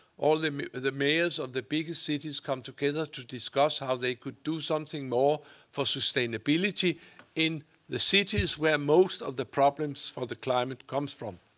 all the the mayors of the biggest cities come together to discuss how they could do something more for sustainability in the cities where most of the problems for the climate comes from.